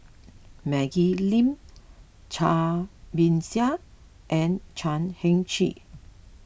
Maggie Lim Cai Bixia and Chan Heng Chee